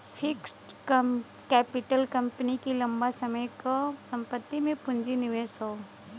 fixed capital company क लंबा समय क संपत्ति में पूंजी निवेश हौ